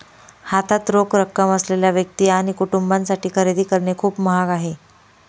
हातात रोख रक्कम असलेल्या व्यक्ती आणि कुटुंबांसाठी खरेदी करणे खूप महाग आहे